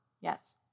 Yes